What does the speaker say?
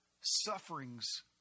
Suffering's